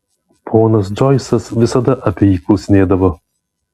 ponas džoisas visada apie jį klausinėdavo